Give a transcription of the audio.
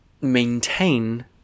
maintain